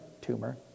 tumor